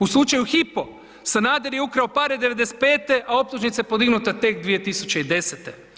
U slučaju Hypo Sanader je ukrao pare '95., a optužnica podignuta tek 2010.